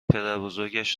پدربزرگش